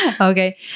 Okay